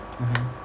mmhmm